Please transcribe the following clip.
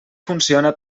funciona